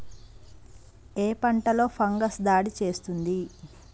ఏ పంటలో ఫంగస్ దాడి చేస్తుంది?